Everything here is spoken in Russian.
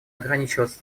ограничиваться